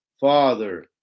Father